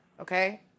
okay